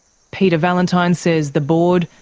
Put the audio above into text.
peter valentine says the board,